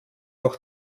auch